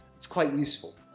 it's quite useful.